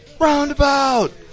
Roundabout